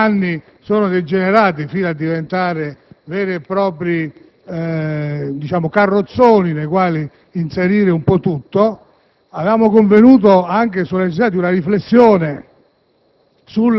che negli anni sono degenerati fino a diventare veri e propri carrozzoni nei quali inserire un po' tutto. Avevamo anche convenuto sulla necessità di una riflessione